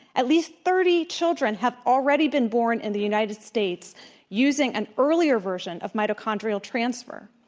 at least thirty children have already been born in the united states using an earlier version of mitochondrial transfer.